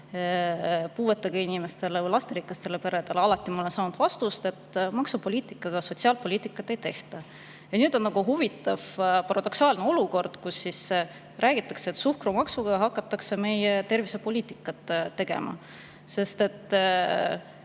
puuetega inimestele või lasterikastele peredele, ja alati olen saanud vastuse, et maksupoliitikaga sotsiaalpoliitikat ei tehta. Ja nüüd on nagu huvitav paradoksaalne olukord: räägitakse, et suhkrumaksu abil hakatakse tegema tervisepoliitikat. Suhkrumaks ei